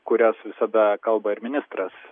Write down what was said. kurias visada kalba ir ministras